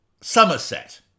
Somerset